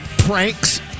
pranks